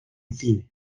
cine